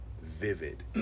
vivid